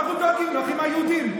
אנחנו דואגים לאחים היהודים.